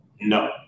No